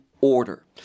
order